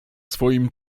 swoim